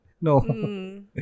No